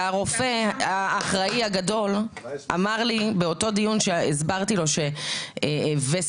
והרופא האחראי הגדול אמר לי באותו דיון שהסברתי לו שווסת